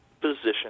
position